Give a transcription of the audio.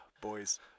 boys